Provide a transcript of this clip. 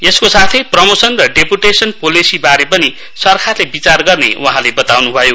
यसको साथै प्रमोशन र डेप्टेशन पोलिसि बारे पनि सरकारले विचार गर्ने उहाँले बताउन् भयो